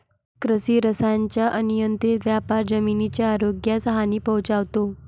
कृषी रसायनांचा अनियंत्रित वापर जमिनीच्या आरोग्यास हानी पोहोचवतो